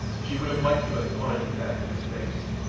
she would have liked to have flaunted the fact in his face,